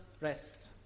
rest